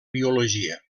biologia